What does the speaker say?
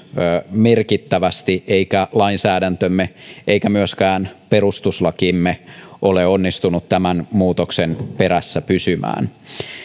merkittävästi eikä lainsäädäntömme eikä myöskään perustuslakimme ole onnistunut tämän muutoksen perässä pysymään